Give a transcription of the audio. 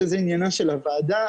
שזה עניינה של הוועדה,